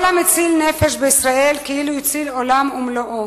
כל המציל נפש בישראל כאילו הציל עולם ומלואו.